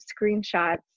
screenshots